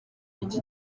iki